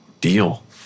deal